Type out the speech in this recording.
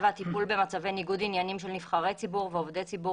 והטיפול במצבי ניגוד עניינים של נבחרי ציבור ועובדי ציבור